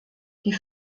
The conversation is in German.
die